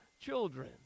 children